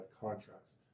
contracts